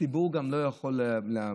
הציבור גם לא יכול להאמין.